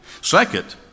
Second